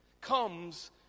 comes